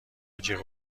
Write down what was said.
جیغ